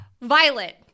Violet